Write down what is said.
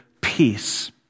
peace